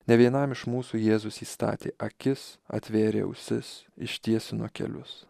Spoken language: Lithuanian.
nė vienam iš mūsų jėzus įstatė akis atvėrė ausis ištiesino kelius